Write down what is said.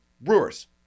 brewers